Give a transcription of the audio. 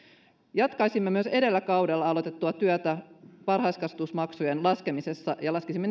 jatkaisimme myös edellisellä kaudella aloitettua työtä varhaiskasvatusmaksujen laskemisessa ja laskisimme